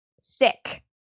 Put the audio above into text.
Sick